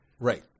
right